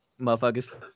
motherfuckers